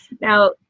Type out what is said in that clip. Now